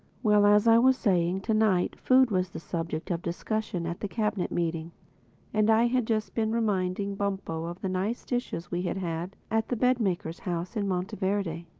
well, as i was saying, to-night food was the subject of discussion at the cabinet meeting and i had just been reminding bumpo of the nice dishes we had had at the bed-maker's house in monteverde.